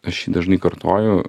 aš jį dažnai kartoju